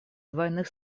двойных